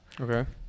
Okay